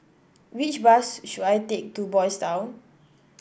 which bus should I take to Boys' Town